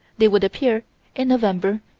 they would appear in november,